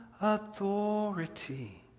authority